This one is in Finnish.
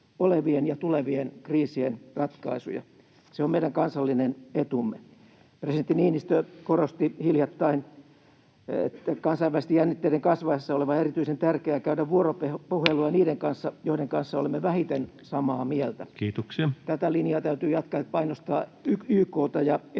olevien ja tulevien kriisien ratkaisuja — se on meidän kansallinen etumme. Presidentti Niinistö korosti hiljattain kansainvälisten jännitteiden kasvaessa olevan erityisen tärkeää käydä vuoropuhelua niiden kanssa, joiden kanssa olemme vähiten samaa mieltä. [Puhemies: Kiitoksia!] Tätä linjaa täytyy jatkaa: painostaa YK:ta ja